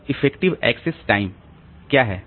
अब effective access time क्या है